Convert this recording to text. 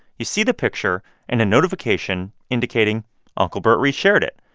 you see the picture and a notification indicating uncle burt reshared it,